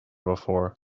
before